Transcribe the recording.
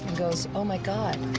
goes, oh my god,